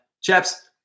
chaps